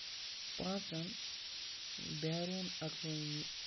پانٛژھن بینُن اقوٲمی